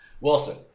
Wilson